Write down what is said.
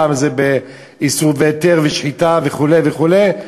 פעם זה באיסור והיתר ושחיטה וכו' וכו'.